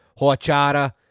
horchata